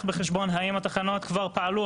בחשבון את השאלה: האם התחנות כבר פעלו,